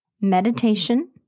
meditation